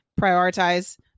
prioritize